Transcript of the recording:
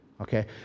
Okay